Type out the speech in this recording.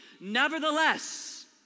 Nevertheless